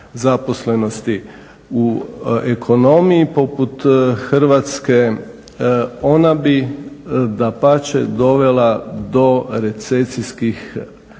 zaposlenosti u ekonomiji poput Hrvatske. Ona bi dapače dovela do recesijskih